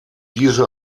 diese